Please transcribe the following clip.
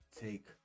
take